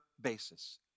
basis